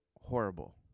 horrible